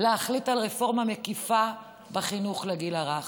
להחליט על רפורמה מקיפה בחינוך לגיל הרך,